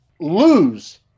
lose